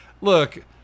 Look